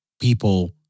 people